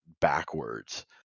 backwards